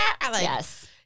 yes